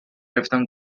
گرفتم